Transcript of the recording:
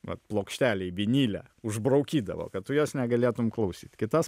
vat plokštelėj vinile užbraukydavo kad tu jos negalėtum klausyti kitas